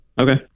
Okay